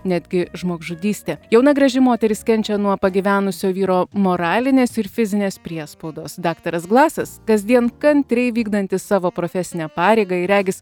netgi žmogžudystė jauna graži moteris kenčia nuo pagyvenusio vyro moralinės ir fizinės priespaudos daktaras glasas kasdien kantriai vykdantis savo profesinę pareigą ir regis